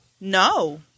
No